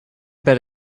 bet